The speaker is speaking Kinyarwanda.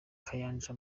kayanja